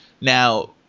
now